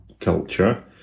culture